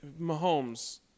Mahomes